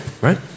right